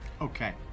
okay